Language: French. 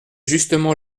justement